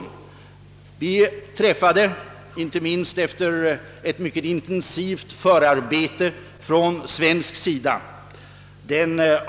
Den 18 april 1961 träffades — inte minst efter mycket intensivt förarbete från svensk sida — i Wien